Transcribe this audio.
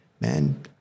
man